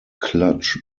clutch